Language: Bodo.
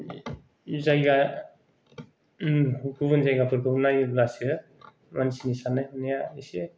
जायगा गुबुन जायगाफोरखौ नायब्लासो मानसिनि साननाय हनाया एसे